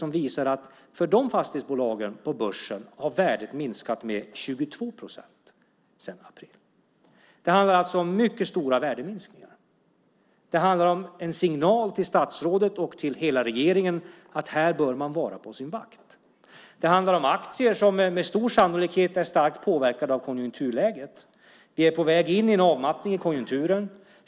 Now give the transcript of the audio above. Den visar att för de fastighetsbolagen på börsen har värdet minskat med 22 procent sedan april. Det handlar alltså om mycket stora värdeminskningar. Det handlar om en signal till statsrådet och till hela regeringen om att här bör man vara på sin vakt. Det handlar om aktier som med stor sannolikhet är starkt påverkade av konjunkturläget. Vi är på väg in i en avmattning av konjunkturen.